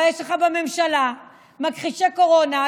אבל יש לך בממשלה מכחישי קורונה,